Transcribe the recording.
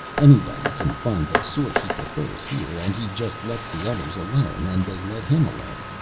anybody can find the sort he prefers, here, and he just lets the others alone, and they let him alone.